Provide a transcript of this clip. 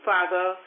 Father